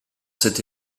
cet